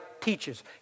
teaches